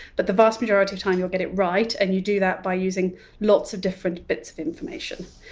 but the vast majority of time, you'll get it right and you do that by using lots of different bits of information.